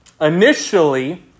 initially